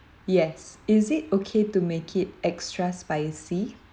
yes is it okay to make it extra spicy